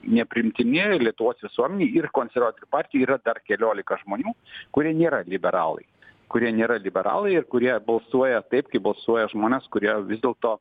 nepriimtini lietuvos visuomenei ir konservatorių partijoj yra dar keliolika žmonių kurie nėra liberalai kurie nėra liberalai ir kurie balsuoja taip kaip balsuoja žmonės kurie vis dėlto